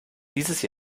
dieses